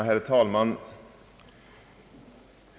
Herr talman!